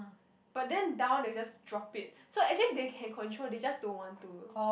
but then down they just drop it so actually they can control they just don't want to